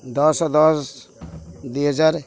ଦଶ ଦଶ ଦୁଇହଜାର